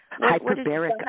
Hyperbaric